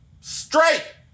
straight